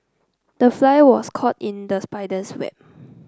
the fly was caught in the spider's web